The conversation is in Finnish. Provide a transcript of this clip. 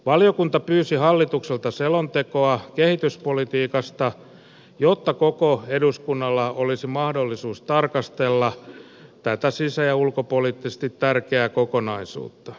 valiokunta pyysi hallitukselta selontekoa kehityspolitiikasta jotta koko eduskunnalla olisi mahdollisuus tarkastella tätä sisä ja ulkopoliittisesti tärkeää kokonaisuutta